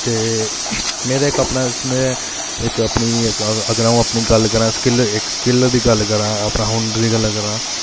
ते मेरा इक अपना में इक अपनी अगर अ'ऊं अपनी गल्ल करां स्किल्ल इक स्किल्ल दी गल्ल करां अपने हुनर दी गल्ल करां